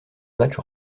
match